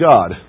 God